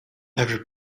every